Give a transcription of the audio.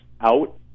out